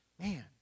man